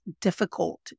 difficult